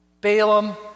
Balaam